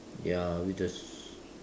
ya we just